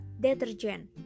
detergent